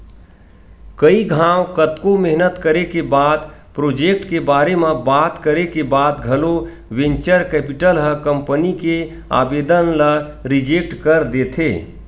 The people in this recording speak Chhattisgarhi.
कई घांव कतको मेहनत करे के बाद प्रोजेक्ट के बारे म बात करे के बाद घलो वेंचर कैपिटल ह कंपनी के आबेदन ल रिजेक्ट कर देथे